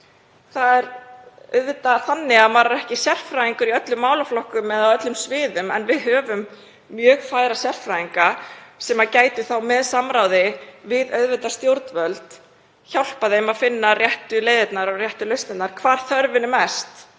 Það er auðvitað þannig að maður er ekki sérfræðingur í öllum málaflokkum eða á öllum sviðum, en við höfum mjög færa sérfræðinga sem gætu þá, í samráði við stjórnvöld, hjálpað þeim að finna réttu leiðirnar og réttu lausnirnar, hvar þörfin er mest